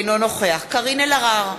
אינו נוכח קארין אלהרר,